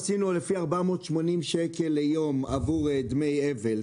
480 שקל ליום עבור דמי אבל,